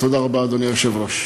תודה רבה, אדוני היושב-ראש.